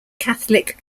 catholic